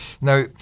Now